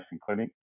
clinic